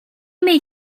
made